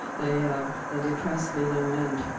they they depress me no end.